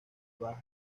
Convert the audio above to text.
bajas